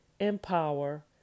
empower